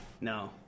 No